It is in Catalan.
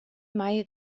mai